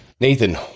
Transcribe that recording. Nathan